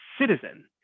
citizen